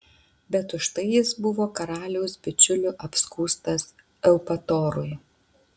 bet už tai jis buvo karaliaus bičiulių apskųstas eupatorui